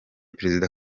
perezida